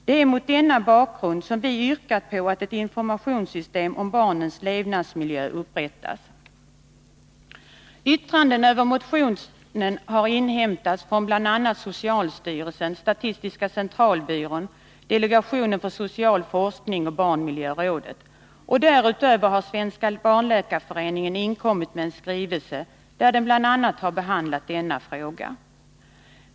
Det är mot denna bakgrund som vi har yrkat att ett informationssystem om barnens levnadsmiljö upprättas. Yttranden över motionen har inhämtats från bl.a. socialstyrelsen, statistiska centralbyrån, delegationen för social forskning och barnmiljörådet. Därutöver har Svenska barnläkarföreningen inkommit med en skrivelse, där den bl.a. har behandlat denna fråga.